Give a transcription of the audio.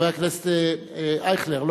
חבר הכנסת אייכלר.